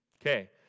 Okay